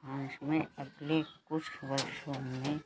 France में अगले कुछ वर्षों में